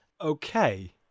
Okay